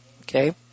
Okay